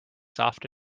soft